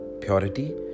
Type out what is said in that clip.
purity